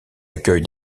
accueille